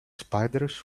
spiders